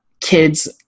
kids